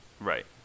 right